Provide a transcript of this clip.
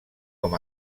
com